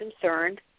concerned